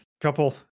couple